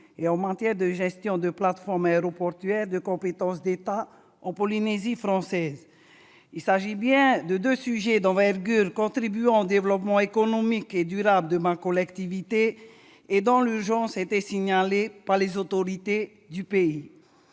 en matière de gestion du foncier et de plateformes aéroportuaires relevant de la compétence de l'État en Polynésie française. Il s'agit bien de deux sujets d'envergure pour le développement économique et durable de ma collectivité, dont l'urgence était signalée par les autorités du pays.